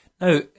Now